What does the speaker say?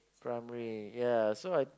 primary ya so I